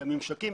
את הממשקים,